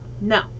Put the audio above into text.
no